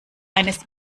eines